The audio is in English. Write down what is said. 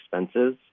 expenses